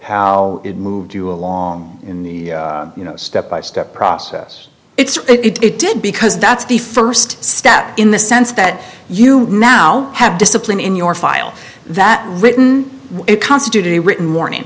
how it moved you along in the you know step by step process it's it did because that's the first step in the sense that you now have discipline in your file that written it constitute a written warning